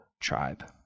tribe